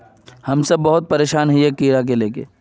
हम सब बहुत परेशान हिये कीड़ा के ले के?